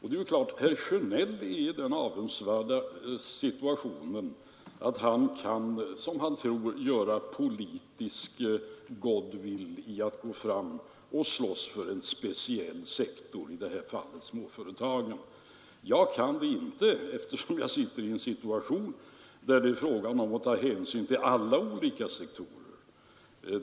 Herr Sjönell är i den avundsvärda situationen att han — som han tror sig göra — kan skapa politisk goodwill genom att gå fram och slåss för en speciell sektor, i detta fall småföretagen. Jag kan inte göra det eftersom jag är i en situation där det är fråga om att ta hänsyn till alla olika sektorer.